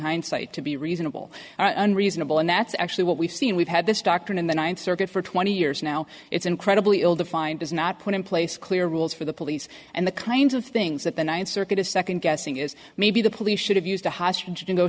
hindsight to be reasonable and reasonable and that's actually what we've seen we've had this doctor in the ninth circuit for twenty years now it's incredibly ill defined does not put in place clear rules for the police and the kinds of things that the ninth circuit is second guessing is maybe the police should have used a hostage